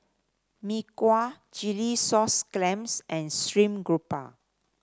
Mee Kuah Chilli Sauce Clams and stream grouper